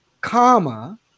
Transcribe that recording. comma